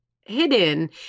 hidden